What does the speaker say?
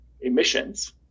emissions